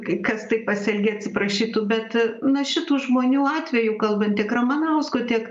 kai kas taip pasielgė atsiprašytų bet na šitų žmonių atveju kalbant tiek ramanausko tiek